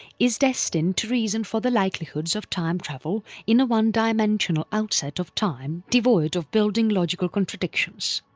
is destined to reason for the likelihoods of time travel in a one-dimensional outset of time devoid of building logical contradictions.